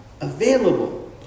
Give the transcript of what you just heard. available